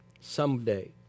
someday